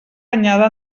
anyada